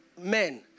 men